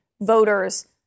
voters